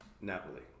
Napoli